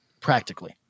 practically